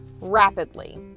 rapidly